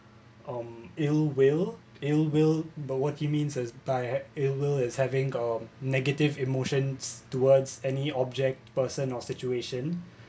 um ill will ill will but what he means as by ill will as having a negative emotions towards any object person or situation